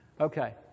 Okay